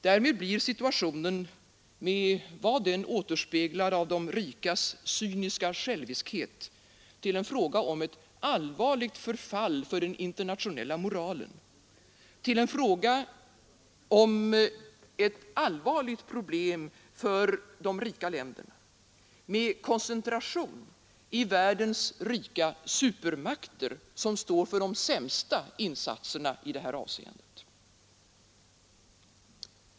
Därmed blir situationen, med vad den återspeglar av de rikas cyniska själviskhet, till en fråga om ett allvarligt förfall för den internationella moralen, till en fråga om ett allvarligt problem för de rika länderna med koncentration i världens rika supermakter som står för de sämsta insatserna i detta avseende.